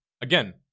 Again